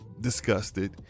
disgusted